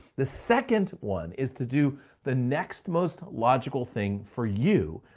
the second one is to do the next most logical thing for you.